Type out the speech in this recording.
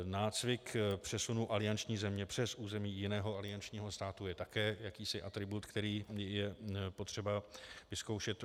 Nácvik přesunu alianční země přes území jiného aliančního státu je také jakýsi atribut, který je potřeba vyzkoušet.